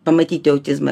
pamatyti autizmą